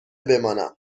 بمانم